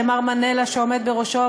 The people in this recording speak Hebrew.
למר מנלה שעומד בראשו,